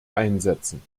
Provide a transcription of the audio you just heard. einsetzen